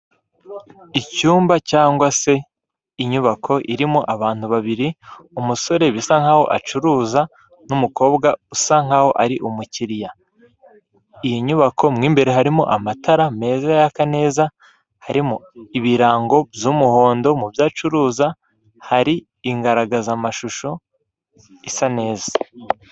Icyumba cyangwa se inyubako irimo abantu babiri umusore bisa nkaho acuruza n'umukobwa usa nkaho ari umukiriya, iyi nyubako mo imbere harimo amatara meza yaka neza harimo ibirango by'umuhondo mubyo byacuruza hari ingaragazamashusho isa neza.